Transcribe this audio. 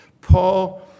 Paul